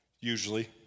usually